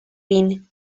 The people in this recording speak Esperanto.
vin